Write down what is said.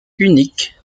unique